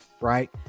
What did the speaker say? right